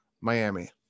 Miami